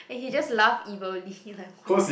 and he just laugh evilly like what the h~